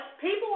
People